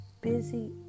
busy